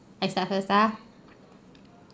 I start first ah